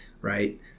right